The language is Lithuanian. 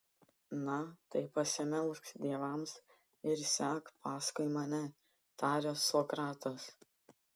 na tai pasimelsk dievams ir sek paskui mane taria sokratas